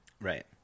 Right